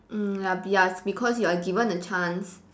mm ya ya because you are given a chance